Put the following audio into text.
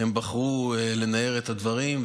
הם בחרו לנער את הדברים,